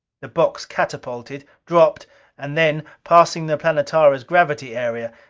the box catapulted, dropped and then passing the planetara's gravity area,